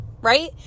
right